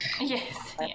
yes